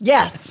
Yes